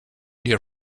dear